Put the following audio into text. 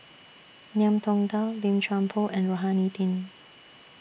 Ngiam Tong Dow Lim Chuan Poh and Rohani Din